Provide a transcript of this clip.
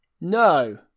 no